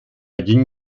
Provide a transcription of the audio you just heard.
ging